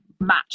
match